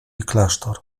klasztor